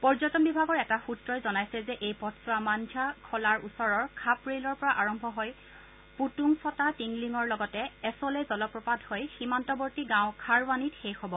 পৰ্যটন বিভাগৰ এক সূত্ৰই কৈছে যে এই পথছোৱা মানঝা খলাৰ ওচৰৰ খাপ ৰেইলৰ পৰা আৰম্ভ হৈ পুটুং ছটা টিংলিংৰ লগতে এছলে জলপ্ৰপাত হৈ সীমান্তৱৰ্তী গাঁও খাৰৱানীত শেষ হ'ব